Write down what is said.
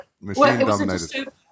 machine-dominated